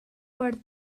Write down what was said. per